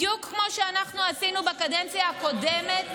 בדיוק מה שאנחנו עשינו בקדנציה הקודמת,